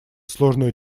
сложную